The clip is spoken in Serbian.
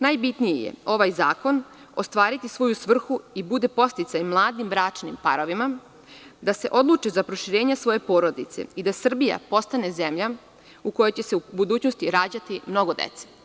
Najbitnije je da ovaj zakon ostvari svoju svrhu i bude podsticaj mladim bračnim parovima, da se odluče za proširenje porodice i da Srbija postane zemlja u kojoj će se u budućnosti rađati mnogo dece.